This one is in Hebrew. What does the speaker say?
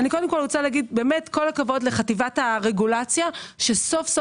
אני קודם כל אומרת כל הכבוד לחטיבת הרגולציה שסוף-סוף